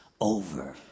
over